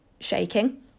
shaking